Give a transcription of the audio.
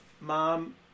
Mom